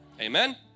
Amen